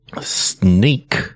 sneak